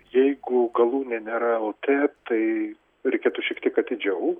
jeigu galūnė nėra lt tai reikėtų šiek tiek atidžiau